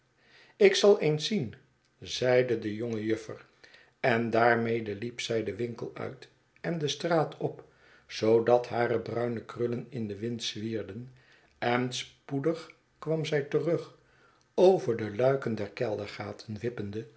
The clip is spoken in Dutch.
ik zal eens zien mijnheer zeide de jonge juffer en daarmede liep zij den winkel uit en de straat op zoodat hare bruine krullen in den wind zwierden en spoedig kwam zij terug over de luiken der kejdergaten wippende